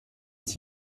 ist